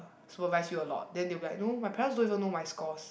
supervise you a lot then they will be like no my parents don't even know my scores